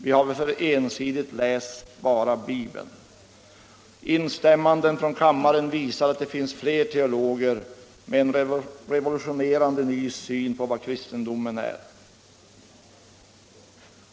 Vi har för ensidigt läst bara Bibeln. Instämmanden från kammaren visar att det finns fler teologer med en revolutionerande ny syn på vad kristendomen är.